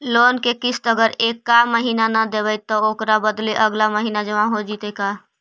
Loan के किस्त अगर एका महिना न देबै त ओकर बदले अगला महिना जमा हो जितै का?